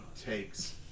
takes